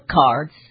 cards